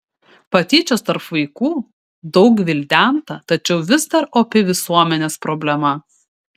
patyčios tarp vaikų daug gvildenta tačiau vis dar opi visuomenės problema